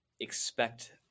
expect